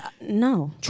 No